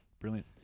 brilliant